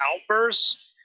outbursts